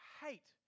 hate